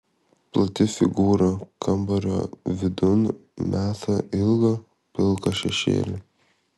plati figūra kambario vidun meta ilgą pilką šešėlį